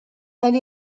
elle